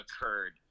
occurred